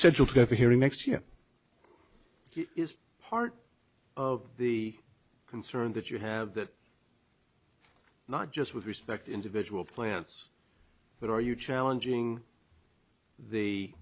central to fearing next year is part of the concern that you have that not just with respect individual plants that are you challenging the